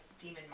demon